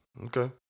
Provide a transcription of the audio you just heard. Okay